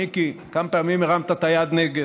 מיקי, כמה פעמים הרמת את היד נגד?